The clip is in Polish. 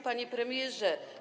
Panie Premierze!